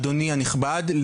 אדוני הנכבד,